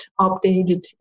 updated